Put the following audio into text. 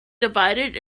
divided